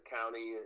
County